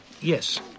yes